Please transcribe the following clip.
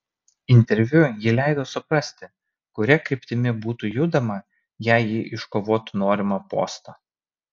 interviu ji leido suprasti kuria kryptimi būtų judama jei ji iškovotų norimą postą